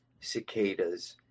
cicadas